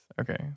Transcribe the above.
Okay